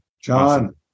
John